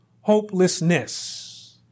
hopelessness